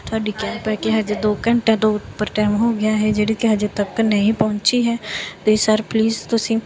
ਤੁਹਾਡੀ ਕੈਬ ਹੈ ਕਿ ਹਜੇ ਦੋ ਘੰਟਿਆਂ ਤੋਂ ਉੱਪਰ ਟਾਈਮ ਹੋ ਗਿਆ ਹੈ ਜਿਹੜੀ ਕਿ ਹਜੇ ਤੱਕ ਨਹੀਂ ਪਹੁੰਚੀ ਹੈ ਅਤੇ ਸਰ ਪਲੀਜ਼ ਤੁਸੀਂ